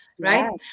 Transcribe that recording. right